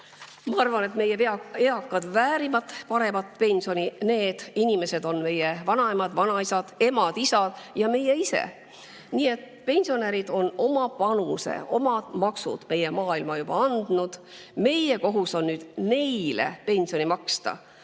Ma arvan, et meie eakad väärivad paremat pensioni. Need inimesed on meie vanaemad, vanaisad, emad, isad ja need oleme meie ise. Pensionärid on oma panuse, omad maksud meie maailma heaks juba andnud, meie kohus on nüüd neile pensioni maksta.